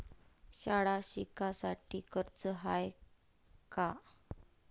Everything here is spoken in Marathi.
शाळा शिकासाठी कर्ज हाय का?